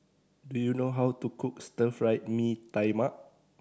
do you know how to cook Stir Fried Mee Tai Mak